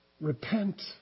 Repent